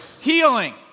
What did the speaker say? healing